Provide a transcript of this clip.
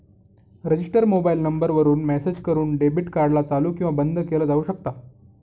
register mobile number वरून message करून debit card ला चालू किंवा बंद केलं जाऊ शकता